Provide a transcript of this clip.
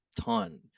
ton